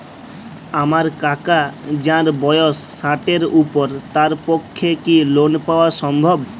আমার কাকা যাঁর বয়স ষাটের উপর তাঁর পক্ষে কি লোন পাওয়া সম্ভব?